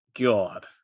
god